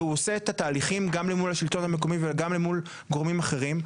והוא עושה את התהליכים גם למול השלטון המקומי וגם למול גורמים אחרים,